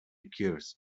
curse